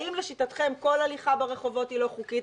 האם לשיטתכם כל הליכה ברחובות היא לא חוקית?